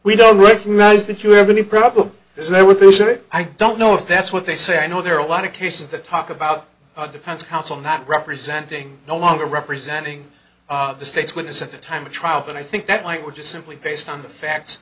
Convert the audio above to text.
we don't recognize that you have any problem there's no what they say i don't know if that's what they say i know there are a lot of cases that talk about the defense counsel not representing no longer representing the state's witness at the time of trial but i think that language is simply based on the fact